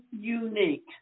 unique